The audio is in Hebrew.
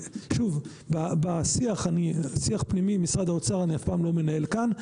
שיח פנימי עם משרד האוצר אני אף פעם לא מנהל כאן,